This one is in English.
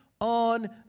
on